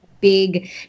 big